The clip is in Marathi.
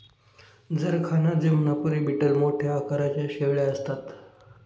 जरखाना जमुनापरी बीटल मोठ्या आकाराच्या शेळ्या असतात